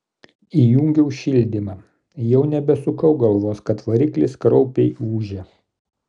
įjungiau šildymą jau nebesukau galvos kad variklis kraupiai ūžia